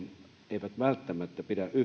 eivät välttämättä pidä yhtä